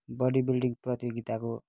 body building प्रतियोगिताको